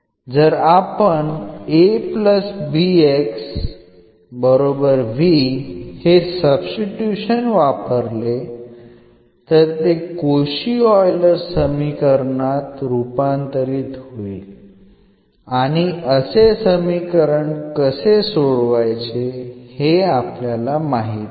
जर आपण हे सब्स्टिट्यूशन वापरले तरते कोशी ऑइलर समीकरणात रूपांतरित होईल आणि असे समीकरण कसे सोडवायचे हे आपल्याला माहित आहे